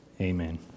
amen